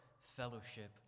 fellowship